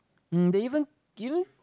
um they even even